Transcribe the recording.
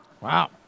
Wow